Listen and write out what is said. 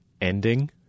ending